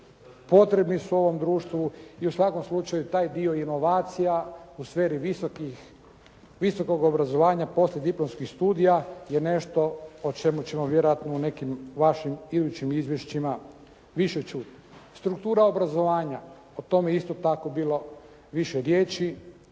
potrebni su ovom društvu i u svakom slučaju taj dio inovacija u sferi visokog obrazovanja poslijediplomskih studija je nešto o čemu ćemo vjerojatno u nekim vašim idućim izvješćima više čuti. Struktura obrazovanja, o tome je isto tako bilo više riječi.